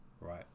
Right